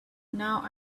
now